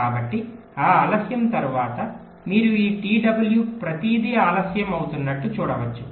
కాబట్టి ఈ ఆలస్యం తరువాత మీరు ఈ t w ప్రతిదీ ఆలస్యం అవుతున్నట్లు చూడవచ్చు